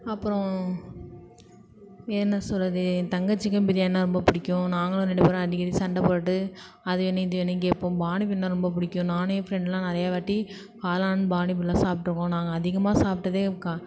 அப்புறம் வேறு என்ன சொல்கிறது என் தங்கச்சிக்கும் பிரியாணினா ரொம்ப பிடிக்கும் நாங்களும் ரெண்டு பேரும் அடிக்கடி சண்டை போட்டுட்டு அது வேணும் இது வேணும்னு கேட்போம் பானிப்பூரினா ரொம்ப பிடிக்கும் நான் என் ஃப்ரெண்டுலாம் நிறையா வாட்டி காளான் பானிப்பூரிலாம் சாப்பிட்ருக்கோம் நாங்கள் அதிகமாக சாப்பிட்டதே